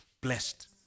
blessed